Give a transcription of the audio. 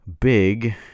big